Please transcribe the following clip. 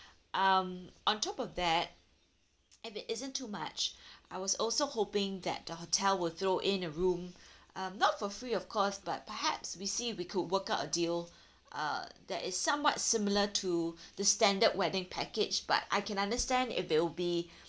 um on top of that a bit isn't too much I was also hoping that the hotel will throw in a room uh not for free of course but perhaps we see we could work out a deal uh that is somewhat similar to the standard wedding package but I can understand it will be